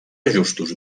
ajustos